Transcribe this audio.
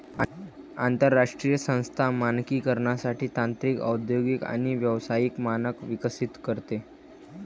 आंतरराष्ट्रीय संस्था मानकीकरणासाठी तांत्रिक औद्योगिक आणि व्यावसायिक मानक विकसित करते